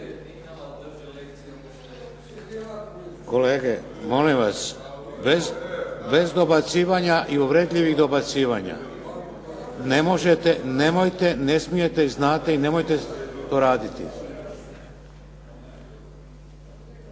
Kolege molim vas, bez dobacivanja i uvredljivih dobacivanja. Ne možete, nemojte, ne smijete i znate i nemojte to raditi.